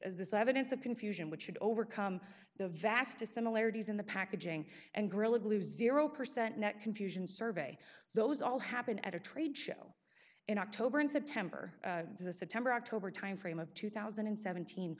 this evidence of confusion which should overcome the vast dissimilarities in the packaging and gorilla glue zero percent net confusion survey those all happen at a trade show in october and september in the september october timeframe of two thousand and seventeen